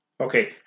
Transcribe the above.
Okay